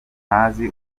ntazi